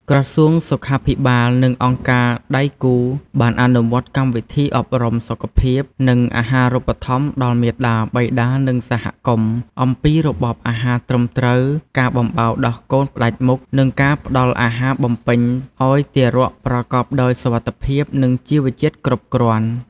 ក្រសួងសុខាភិបាល និងអង្គការដៃគូបានអនុវត្តកម្មវិធីអប់រំសុខភាព និងអាហារូបត្ថម្ភដល់មាតា បិតា និងសហគមន៍ អំពីរបបអាហារត្រឹមត្រូវ ការបំបៅដោះកូនផ្តាច់មុខ និងការផ្តល់អាហារបំពេញឱ្យទារកប្រកបដោយសុវត្ថិភាព និងជីវជាតិគ្រប់គ្រាន់។